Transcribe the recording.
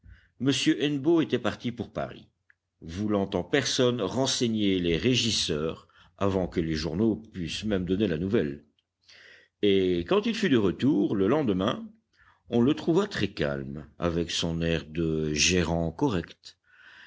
hennebeau était parti pour paris voulant en personne renseigner les régisseurs avant que les journaux pussent même donner la nouvelle et quand il fut de retour le lendemain on le trouva très calme avec son air de gérant correct